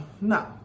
No